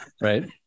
Right